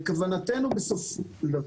כוונתנו בסופו של דבר,